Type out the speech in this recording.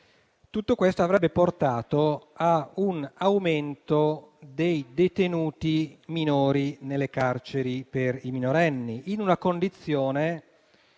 che avrebbe portato a un aumento dei detenuti minori nelle carceri per minorenni, in una condizione